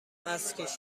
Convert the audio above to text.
است